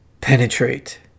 Penetrate